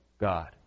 God